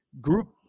group